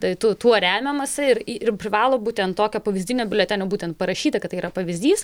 tai tu tuo remiamasi ir į ir privalo būti ant tokio pavyzdinio biuletenio būtent parašyta kad tai yra pavyzdys